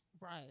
Right